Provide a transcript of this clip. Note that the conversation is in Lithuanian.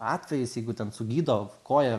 atvejis jeigu ten sugydo koją